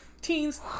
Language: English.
teens